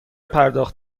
پرداخت